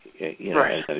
Right